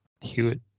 Hewitt